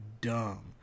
dumb